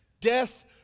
Death